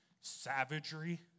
savagery